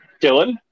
Dylan